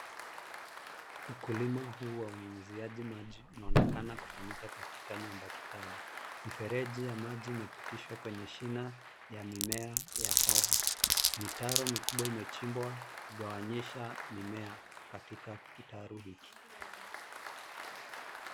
Ukulima huu wa unyunyiziaji maji unaonekana ukifanyika katika nyumba kitali. Mifereji ya maji imepitishwa kwenye shina ya mimea ya hoho. Mitaro mikubwa imechimbwa kugawanyisha mimea katika kitaru hiki.